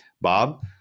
Bob